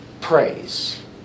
praise